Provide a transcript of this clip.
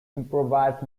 improvised